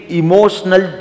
emotional